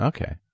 Okay